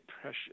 pressure